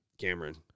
Cameron